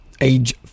age